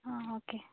ആ ഓക്കേ